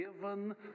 given